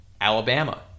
Alabama